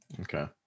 Okay